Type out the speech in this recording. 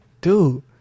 dude